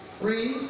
Read